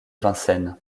vincennes